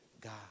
God